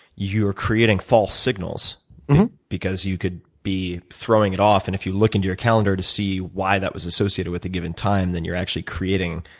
you're creating false signals because you could be throwing it off. and if you look into your calendar to see why that was associated with a given time, then, you're actually creating